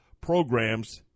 programs